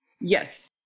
Yes